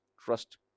trust